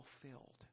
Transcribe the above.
fulfilled